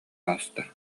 ааста